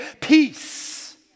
peace